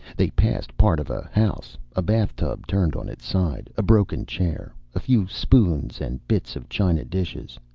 they passed part of a house, a bathtub turned on its side. a broken chair. a few spoons and bits of china dishes.